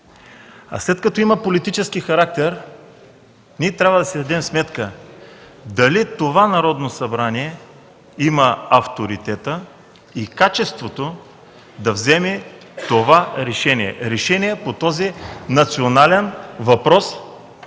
А след като има политически характер, трябва да си дадем сметка дали това Народно събрание има авторитета и качеството да вземе решение по този национален въпрос,